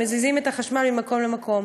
שמזיזים את החשמל ממקום למקום.